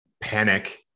panic